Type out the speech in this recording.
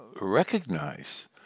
recognize